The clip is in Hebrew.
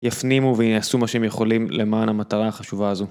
יפנימו וייעשו מה שהם יכולים למען המטרה החשובה הזו.